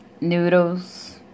noodles